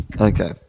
Okay